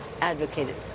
advocated